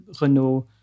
Renault